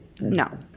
no